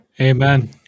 Amen